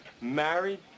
married